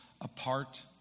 apart